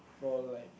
for all like